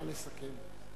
נא לסכם.